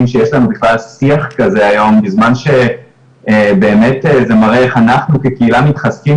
שיש לנו בכלל שיח כזה היום בזמן שבאמת זה מראה איך אנחנו כקהילה מתחזקים,